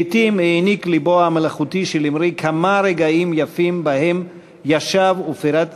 לעתים העניק לבו המלאכותי של אמרי כמה רגעים יפים שבהם ישב ופרט